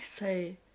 Say